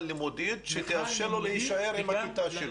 לימודית שתאפשר לו להישאר עם הכיתה שלו.